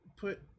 put